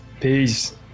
Peace